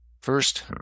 first